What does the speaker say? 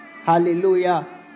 Hallelujah